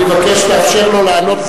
אני מבקש שתאפשר לו לענות בלי הפרעות.